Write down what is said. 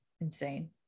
Insane